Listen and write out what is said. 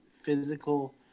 physical